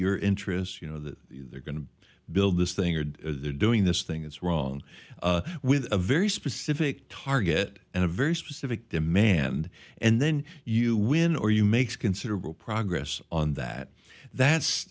your interests you know that they're going to build this thing or they're doing this thing that's wrong with a very specific target and a very specific demand and then you win or you make considerable progress on that that's